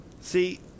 See